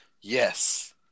Yes